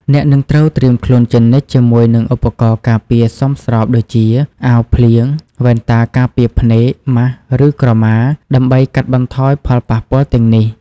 អ្នកនឹងត្រូវត្រៀមខ្លួនជានិច្ចជាមួយនឹងឧបករណ៍ការពារសមស្របដូចជា អាវភ្លៀង វ៉ែនតាការពារភ្នែក ម៉ាស់ ឬក្រម៉ា ដើម្បីកាត់បន្ថយផលប៉ះពាល់ទាំងនេះ។